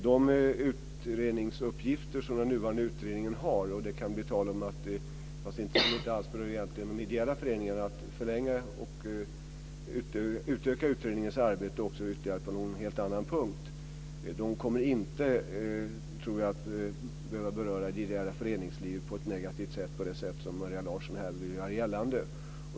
De utredningsuppgifter som den nuvarande utredningen har - det kan också bli tal om en förlängning och en utökning av utredningens arbete på någon helt annan punkt - tror jag inte behöver beröra det ideella föreningslivet på det negativa sätt som Maria Larsson här vill göra gällande.